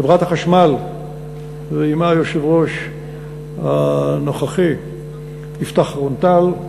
חברת החשמל ועמה היושב-ראש הנוכחי יפתח רון-טל,